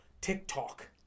TikTok